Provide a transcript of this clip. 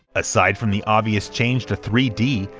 aside from the obvious change to three d,